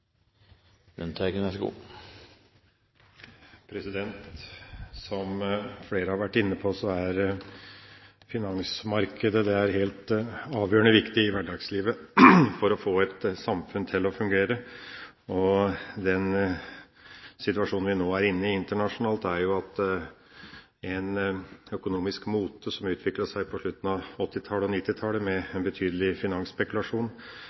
finansmarkedet avgjørende viktig i hverdagslivet for å få et samfunn til å fungere. Den situasjonen vi nå er inne i internasjonalt, er en økonomisk mote som utviklet seg på slutten av 1980-tallet og